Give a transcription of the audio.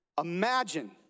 Imagine